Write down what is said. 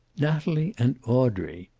natalie and audrey!